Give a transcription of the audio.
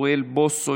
אוריאל בוסו,